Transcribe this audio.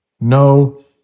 No